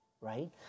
Right